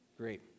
Great